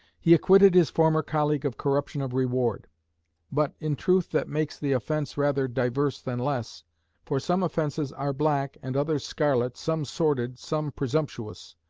he acquitted his former colleague of corruption of reward but in truth that makes the offence rather divers than less for some offences are black, and others scarlet, some sordid, some presumptuous.